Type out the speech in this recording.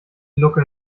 glucke